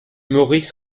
maurice